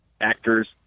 actors